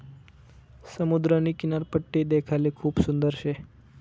समुद्रनी किनारपट्टी देखाले खूप सुंदर शे